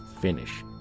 finish